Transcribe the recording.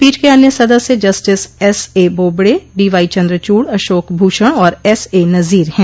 पीठ के अन्य सदस्य जस्टिस एसएबाबड़े डीवाई चन्द्रचूड़ अशोक भूषण और एसएनजोर हैं